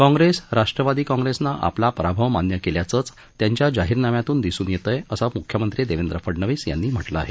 काँग्रेस राष्ट्रवादी काँग्रेसनं आपला पराभव मान्य केल्याचंच त्यांच्या जाहीरनाम्यातून दिसून येतं असं मुख्यमंत्री देवेंद्र फडनवीस यांनी म्हटलं आहे